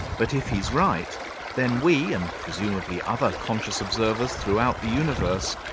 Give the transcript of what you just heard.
but if he's right then we and presumably other conscious observers throughout the universe,